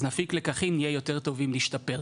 אז נפיק לקחים, נהיה יותר טובים, נשתפר.